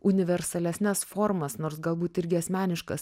universalesnes formas nors galbūt irgi asmeniškas